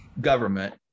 government